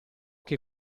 che